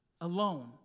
alone